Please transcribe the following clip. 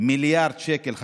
מיליארד שקל מהאוצר,